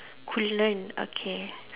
coolant okay